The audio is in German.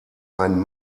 einen